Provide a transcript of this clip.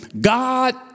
God